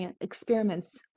experiments